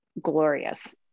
glorious